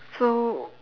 so